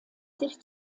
sich